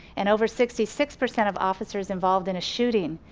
and over sixty six percent of officers involved in a shooting,